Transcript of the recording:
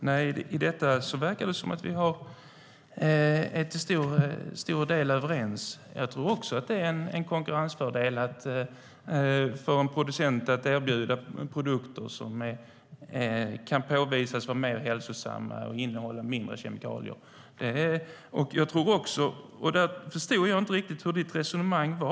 Herr talman! I detta tror jag att vi till stor del är överens. Jag tror också att det är en konkurrensfördel för en producent att kunna erbjuda produkter som kan påvisas vara mer hälsosamma och innehålla mindre kemikalier. Jag förstod inte riktigt ditt resonemang.